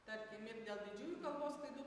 tarkim ir dėl didžiųjų kalbos klaidų